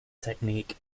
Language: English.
technique